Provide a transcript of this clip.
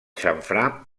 xamfrà